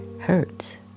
hurts